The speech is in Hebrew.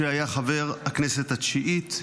משה היה חבר הכנסת התשיעית,